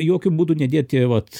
jokiu būdu nedėti vat